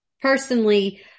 personally